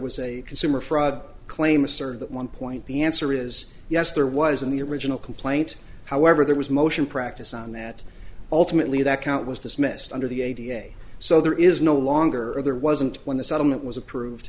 was a consumer fraud claim asserted that one point the answer is yes there was in the original complaint however there was motion practice on that ultimately that count was dismissed under the a t f so there is no longer or there wasn't when the settlement was approved